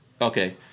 Okay